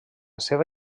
seva